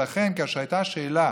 ולכן, כאשר עלתה השאלה